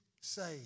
saved